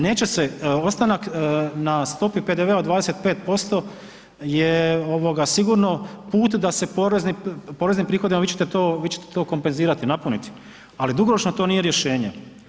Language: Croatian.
Neće se, ostanak na stopi PDV-a od 25% je sigurno put da se porezni, poreznim prihodima vi ćete to kompenzirati, napuniti ali dugoročno to nije rješenje.